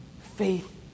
Faith